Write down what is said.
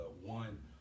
one